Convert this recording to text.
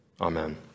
Amen